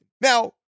Now